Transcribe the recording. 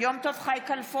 יום טוב חי כלפון,